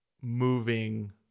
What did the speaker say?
moving